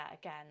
again